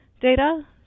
data